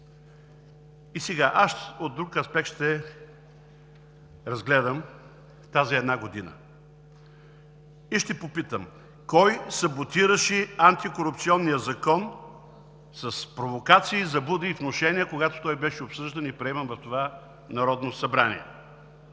разгледам от друг аспект тази една година и ще попитам: кой саботираше Антикорупционния закон с провокации, заблуди и внушения, когато той беше обсъждан и приеман в това Народно събрание?